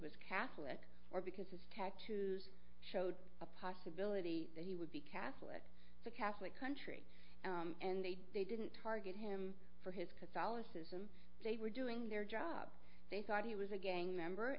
was catholic because his tattoos showed a possibility that he would be catholic the catholic country and they didn't target him his catholicism they were doing their job they thought he was a gang member